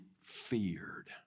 feared